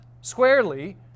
squarely